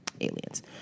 aliens